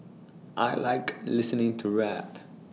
I Like listening to rap